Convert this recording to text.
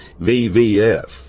VVF